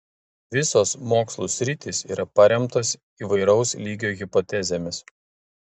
visos mokslų sritys yra paremtos įvairaus lygio hipotezėmis